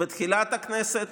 בתחילת הכנסת,